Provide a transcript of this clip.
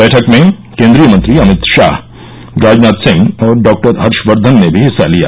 बैठक में केन्द्रीय मंत्री अभित शाह राजनाथ सिंह और डॉ हर्षवर्धन ने भी हिस्सा लिया